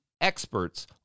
experts